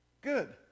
good